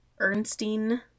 Ernstine